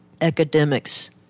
academics